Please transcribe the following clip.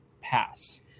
pass